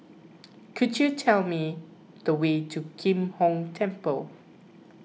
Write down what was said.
could you tell me the way to Kim Hong Temple